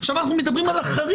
עכשיו אנחנו מדברים על החריג.